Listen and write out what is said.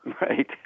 Right